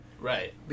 right